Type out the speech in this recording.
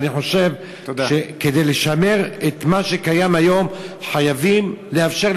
אני חושב שכדי לשמר את מה שקיים היום חייבים לאפשר,